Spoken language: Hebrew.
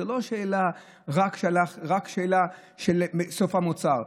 זו לא רק שאלה של סוף המוצר.